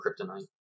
kryptonite